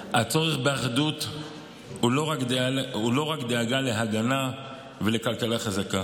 הצורך באחדות הוא לא רק דאגה להגנה ולכלכלה חזקה.